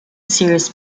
series